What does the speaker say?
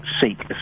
seek